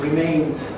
Remains